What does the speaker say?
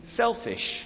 selfish